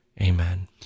Amen